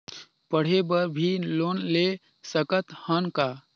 पढ़े बर भी लोन ले सकत हन का?